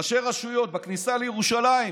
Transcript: ראשי רשויות, בכניסה לירושלים.